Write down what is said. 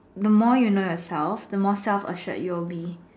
the more you know yourself the more self assured you'll be